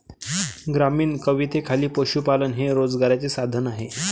ग्रामीण कवितेखाली पशुपालन हे रोजगाराचे साधन आहे